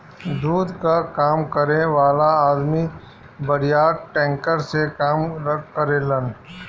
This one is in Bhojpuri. दूध कअ काम करे वाला अदमी बड़ियार टैंकर से काम करेलन